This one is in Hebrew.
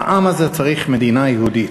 והעם הזה צריך מדינה יהודית,